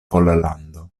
pollando